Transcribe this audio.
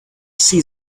see